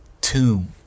tomb